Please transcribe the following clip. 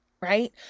right